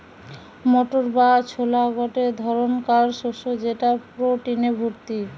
motor বা ছোলা গটে ধরণকার শস্য যেটা প্রটিনে ভর্তি